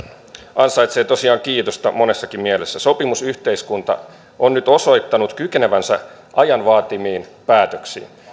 ansaitsee tosiaan kiitosta monessakin mielessä sopimusyhteiskunta on nyt osoittanut kykenevänsä ajan vaatimiin päätöksiin